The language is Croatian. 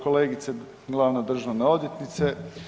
Kolegice glavna državna odvjetnice.